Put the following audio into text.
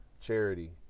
charity